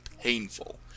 painful